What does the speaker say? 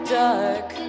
dark